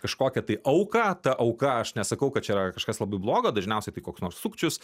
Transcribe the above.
kažkokią tai auką ta auka aš nesakau kad čia yra kažkas labai blogo dažniausiai tai koks nors sukčius